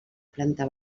planta